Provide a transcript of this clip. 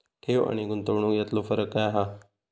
ठेव आनी गुंतवणूक यातलो फरक काय हा?